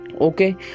okay